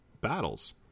battles